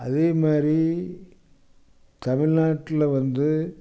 அதேமாதிரி தமிழ்நாட்டில் வந்து